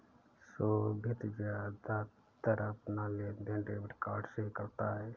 सोभित ज्यादातर अपना लेनदेन डेबिट कार्ड से ही करता है